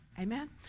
Amen